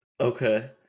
Okay